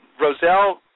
Roselle